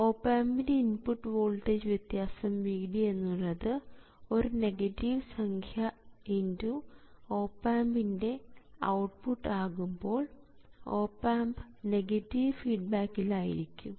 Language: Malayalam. ഓപ് ആമ്പിൻറെ ഇൻപുട്ട് വോൾട്ടേജ് വ്യത്യാസം Vd എന്നുള്ളത് ഒരു നെഗറ്റീവ് സംഖ്യ x ഓപ് ആമ്പിൻറെ ഔട്ട്പുട്ട് ആകുമ്പോൾ ഓപ് ആമ്പ് നെഗറ്റീവ് ഫീഡ്ബാക്കിൽ ആയിരിക്കും